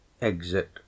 Exit